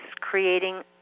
creating